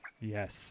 Yes